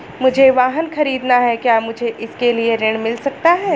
मुझे वाहन ख़रीदना है क्या मुझे इसके लिए ऋण मिल सकता है?